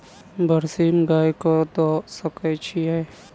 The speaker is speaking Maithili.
बरसीम गाय कऽ दऽ सकय छीयै?